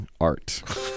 art